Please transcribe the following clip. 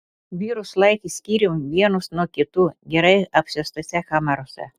vyrus laikė skyrium vienus nuo kitų gerai apšviestose kamerose